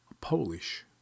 Polish